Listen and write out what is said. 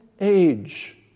age